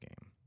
game